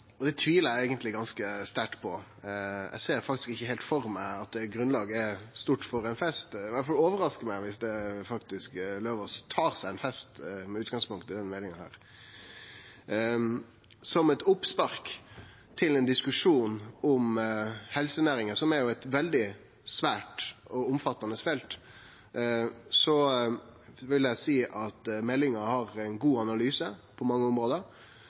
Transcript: helsenæringsmeldinga. Det tvilar eg eigentleg ganske sterkt på. Eg ser faktisk ikkje for meg at grunnlaget er stort for ein fest. I alle fall overraskar det meg om Eidem Løvaas faktisk tar seg ein fest med utgangspunkt i denne meldinga. Som eit oppspark til ein diskusjon om helsenæringa, som er eit svært og omfattande felt, vil eg seie at meldinga har ein god analyse på mange område,